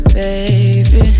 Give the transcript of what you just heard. baby